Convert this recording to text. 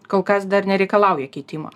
kol kas dar nereikalauja keitimo